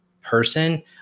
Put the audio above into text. person